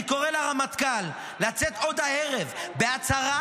אני קורא לרמטכ"ל לצאת עוד הערב בהצהרה